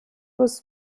was